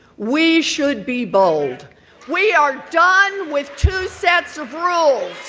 we should be bold we are done with two sets of rules,